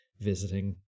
visiting